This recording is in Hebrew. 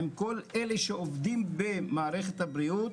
עם כל אלה שעובדים במערכת הבריאות,